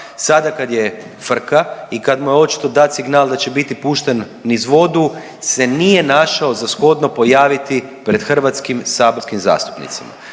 Sada kada je frka i kad mu je očito dat signal da će biti pušten niz vodu se nije našao za shodno pojaviti pred hrvatskim saborskim zastupnicima.